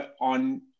on